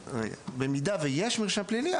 במידה ויש מרשם פלילי,